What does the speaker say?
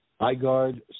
iGuard